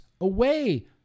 away